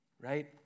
right